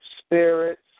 spirits